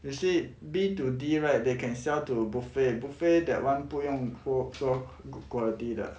you see B two D right they can sell to buffet buffet that [one] 不用 goo~ goo~ good quality 的